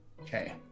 Okay